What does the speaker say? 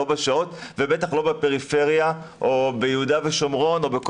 לא בשעות ובטח לא בפריפריה או ביהודה ושומרון ובכל